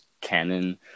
canon